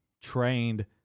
trained